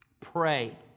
Pray